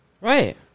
Right